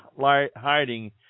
hiding